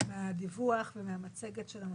מהדיווח והמצגת של המפכ"ל.